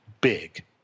big